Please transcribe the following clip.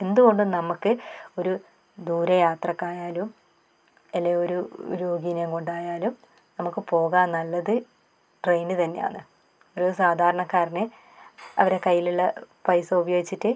എന്തുകൊണ്ടും നമുക്ക് ഒരു ദൂരയാത്രക്ക് ആയാലും അല്ലേ ഒരു രോഗിയെയും കൊണ്ട് ആയാലും നമുക്ക് പോകാൻ നല്ലത് ട്രെയിൻ തന്നെയാന്ന് ഒരു സാധാരണക്കാരന് അവരുടെ കയ്യിലുള്ള പൈസ ഉപയോഗിച്ചിട്ട്